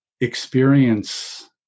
experience